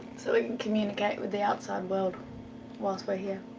so we can communicate with the outside world whilst we're here.